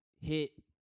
hit